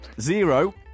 Zero